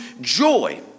joy